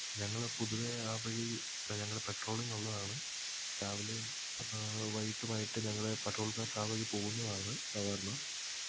ഞങ്ങൾ പൊതുവേ ആ വഴി ഞങ്ങൾ പെട്രോളിങ്ങുള്ളതാണ് രാവിലെയും വൈകിട്ടുമായിട്ട് ഞങ്ങളെ പെട്രോൾ കാർസ് ആ വഴി പോകുന്നതാണ് സാധാരണ